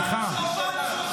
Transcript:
סליחה,